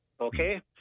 Okay